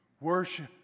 Worship